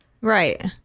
right